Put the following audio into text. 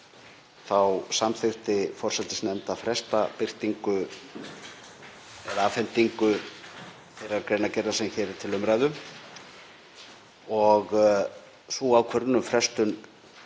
þá samþykkti forsætisnefnd að fresta birtingu eða afhendingu þeirrar greinargerðar sem hér er til umræðu og sú ákvörðun um frestun